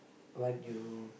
what you